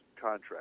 contract